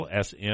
SM